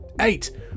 Eight